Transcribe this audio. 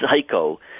Psycho